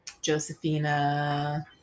Josephina